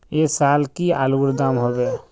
ऐ साल की आलूर र दाम होबे?